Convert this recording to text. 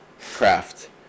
craft